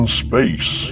space